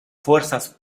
fuerzas